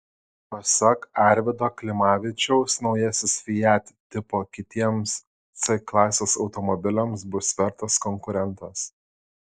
pasak arvydo klimavičiaus naujasis fiat tipo kitiems c klasės automobiliams bus vertas konkurentas